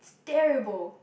terrible